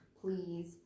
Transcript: Please